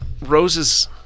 roses